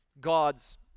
God's